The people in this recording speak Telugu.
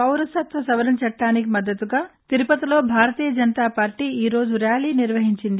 పౌరసత్వ సవరణ చట్టానికి మద్దతుగా తిరుపతిలో భారతీయ జనతా పార్టీ ఈరోజు ర్యాలీ నిర్వహించింది